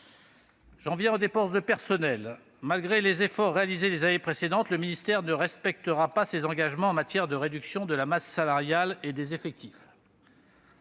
J'en viens aux dépenses de personnel. Malgré les efforts réalisés les années précédentes, le ministère ne respectera pas ses engagements en matière de réduction de la masse salariale et des effectifs.